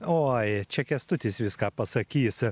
oi čia kęstutis viską pasakys